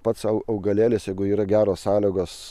pats sau augalėlis jeigu yra geros sąlygos